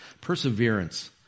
Perseverance